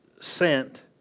sent